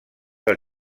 del